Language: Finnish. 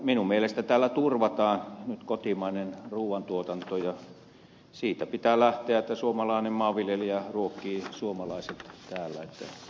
minun mielestäni tällä turvataan kotimainen ruuantuotanto ja siitä pitää lähteä että suomalainen maanviljelijä ruokkii suomalaiset täällä